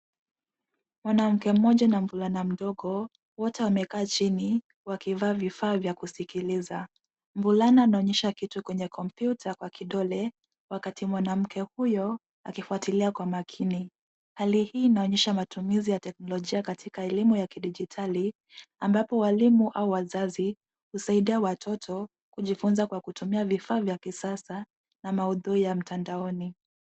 Mwanamke mmoja na mvulana mdogo wote wamekaa chini wakivaa vifaa vya kusikiliza. Mvulana anaonyesha kitu kwenye kompyuta kwa kidole, wakati mwanamke huyo akifuatilia kwa makini. Hali hii inaonyesha matumizi ya teknolojia katika elimu ya kidijitali ambapo walimu au wazazi husaidia watoto kujifunza kwa kutumia vifaa vya kisasa na maudhui ya mtandaoni.